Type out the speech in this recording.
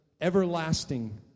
everlasting